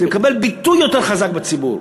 זה מקבל ביטוי יותר חזק בציבור.